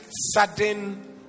sudden